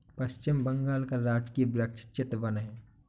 पश्चिम बंगाल का राजकीय वृक्ष चितवन है